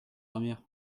dormir